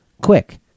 quick